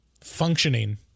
functioning